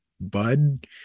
Bud